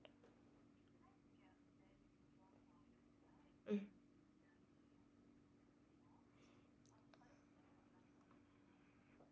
mm